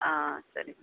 ஆ சரி